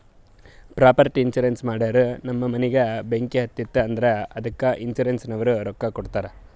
property insurance ಮಾಡೂರ್ ನಮ್ ಮನಿಗ ಬೆಂಕಿ ಹತ್ತುತ್ತ್ ಅಂದುರ್ ಅದ್ದುಕ ಇನ್ಸೂರೆನ್ಸನವ್ರು ರೊಕ್ಕಾ ಕೊಡ್ತಾರ್